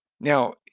now